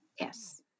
Yes